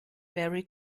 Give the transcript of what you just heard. very